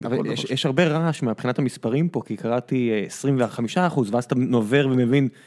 אבל יש הרבה רעש מבחינת המספרים פה, כי קראתי 25% ואז אתה נובר ומבין...